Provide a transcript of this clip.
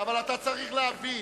אבל אתה צריך להבין,